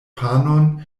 panon